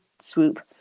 swoop